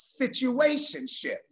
situationship